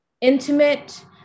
intimate